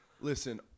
listen